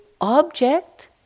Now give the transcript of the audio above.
object